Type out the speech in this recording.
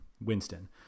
Winston